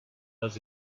does